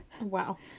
Wow